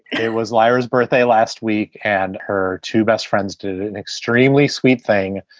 it was lyra's birthday last week and her two best friends did an extremely sweet thing,